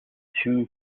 too